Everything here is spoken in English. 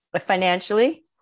Financially